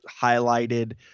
highlighted